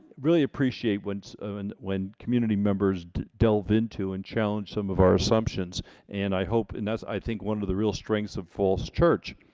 really appreciate once so and when community members delve into and challenge some of our assumptions and i hope and that's i think one of the real strengths of falls church